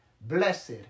Blessed